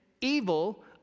evil